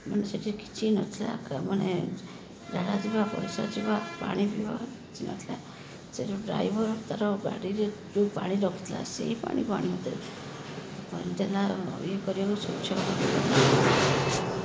ମାନେ ସେଠି କିଛି ନଥିଲା ମାନେ ଝାଡ଼ା ଯିବା ପରିସ୍ରା ଯିବା ପାଣି ପିଇବା କିଛି ନ ଥିଲା ସେଠୁ ଡ୍ରାଇଭର୍ ତା'ର ଗାଡ଼ିରେ ଯୋଉ ପାଣି ରଖିଥିଲା ସେଇ ପାଣିକୁ ଆଣିକି ଦେଲା ଶୌଚାଳୟ କରିବାକୁ